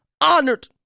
honored